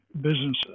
businesses